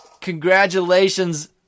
congratulations